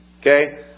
okay